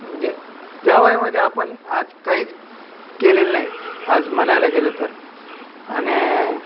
म्हणजे त्या वयामध्ये आपण आज काहीच केलेले नाहीत आज म्हणायला गेलं तर आणि